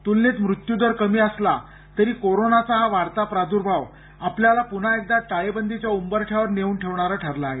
तुलनेत मृत्युदर कमी असला तरी कोरोनाचा हा वाढता प्रादुर्भाव आपल्याला पुन्हा एकदा टाळेबंदीच्या उंबरठ्यावर नेऊन ठेवणारा ठरला आहे